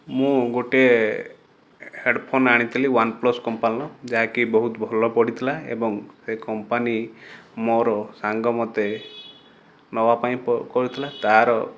ମୁଁ ଗୋଟିଏ ହେଡ଼୍ଫୋନ୍ ଆଣିଥିଲି ୱାନ୍ପ୍ଲସ୍ କମ୍ପାନୀର ଯାହାକି ବହୁତ ଭଲ ପଡ଼ିଥିଲା ଏବଂ ସେ କମ୍ପାନୀ ମୋର ସାଙ୍ଗ ମୋତେ ନେବା ପାଇଁ କରିଥିଲା ତା'ର